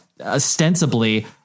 ostensibly